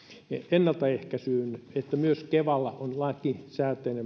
ennaltaehkäisyyn myös kevalla on lakisääteinen